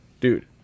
Dude